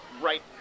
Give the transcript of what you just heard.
right